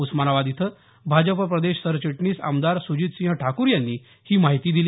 उस्मानाबाद इथं भाजप प्रदेश सरचिटणीस आमदार सुजितसिंह ठाकूर यांनी ही माहिती दिली